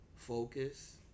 focus